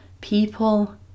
people